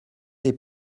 des